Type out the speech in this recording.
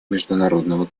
международного